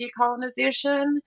decolonization